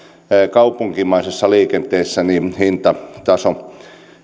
kaupunkimaisessa liikenteessä hintataso